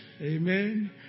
Amen